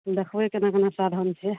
देखबय केना केना साधन छै